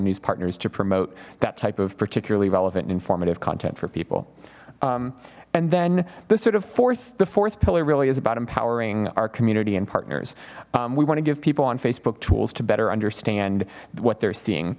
news partners to promote that type of particularly relevant informative content for people and then the sort of fourth the fourth pillar really is about empowering our community and partners we want to give people on facebook tools to better understand what they're seeing